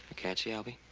can't she, albie?